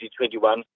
2021